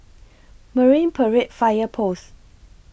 Marine Parade Fire Post